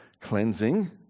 cleansing